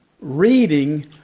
reading